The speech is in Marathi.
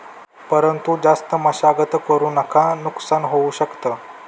परंतु जास्त मशागत करु नका नुकसान होऊ शकत